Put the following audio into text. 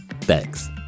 Thanks